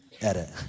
Edit